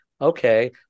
okay